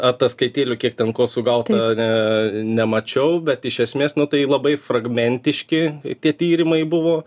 ataskaitėlių kiek ten ko sugauta ne nemačiau bet iš esmės nu tai labai fragmentiški tie tyrimai buvo